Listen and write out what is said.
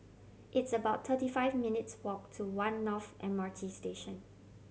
it's about thirty five minutes' walk to One North M R T Station